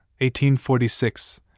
1846